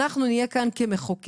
אנחנו נהיה כאן כמחוקק,